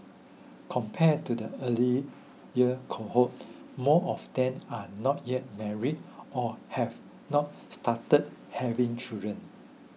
compared to the earlier cohort more of them are not yet married or have not started having children